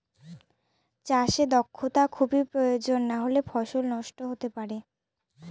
চাষে দক্ষটা খুবই প্রয়োজন নাহলে ফসল নষ্ট হতে পারে